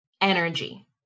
energy